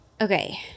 okay